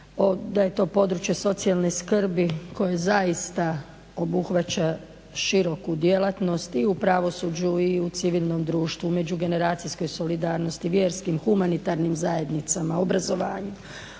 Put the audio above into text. da je to područje socijalne skrbi koje zaista obuhvaća široku djelatnost i u pravosuđu i u civilnom društvu, u međugeneracijskoj solidarnosti, vjerskim, humanitarnim zajednicama, obrazovanju,